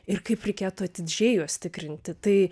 ir kaip reikėtų atidžiai juos tikrinti tai